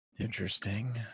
Interesting